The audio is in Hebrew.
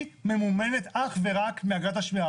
היא ממומנת אך ורק מאגרת השמירה.